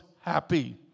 happy